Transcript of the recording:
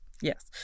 Yes